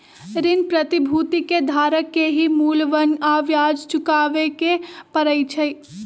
ऋण प्रतिभूति के धारक के ही मूलधन आ ब्याज चुकावे के परई छई